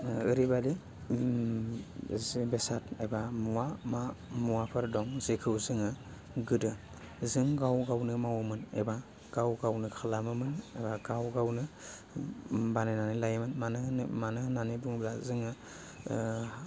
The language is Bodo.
ओरैबादि उम जे बेसाद एबा मुवा मा मुवाफोर दं जेखौ जोङो गोदो जों गाव गावनो मावोमोन एबा गाव गावनो खालामोमोन गाव गावनो उम बानायनानै लायोमोन मानो होनो मानो होन्नानै बुङोब्ला जोङो ओह